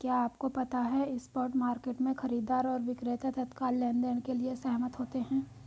क्या आपको पता है स्पॉट मार्केट में, खरीदार और विक्रेता तत्काल लेनदेन के लिए सहमत होते हैं?